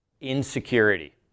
insecurity